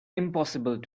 impossible